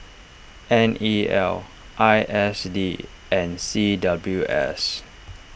N E L I S D and C W S